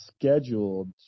scheduled